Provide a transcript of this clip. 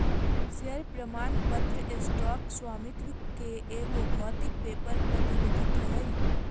share प्रमाण पत्र stock स्वामित्व के एगो भौतिक पेपर प्रतिनिधित्व हइ